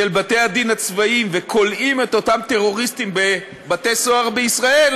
בתי-הדין הצבאיים וכולאים את אותם טרוריסטים בבתי-סוהר בישראל,